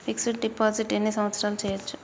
Fix డ్ deposit ఎన్ని సంవత్సరాలు చేయచ్చు?